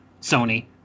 Sony